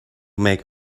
make